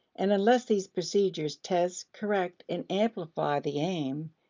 and unless these procedures test, correct, and amplify the aim,